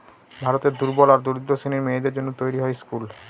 ভারতের দুর্বল আর দরিদ্র শ্রেণীর মেয়েদের জন্য তৈরী হয় স্কুল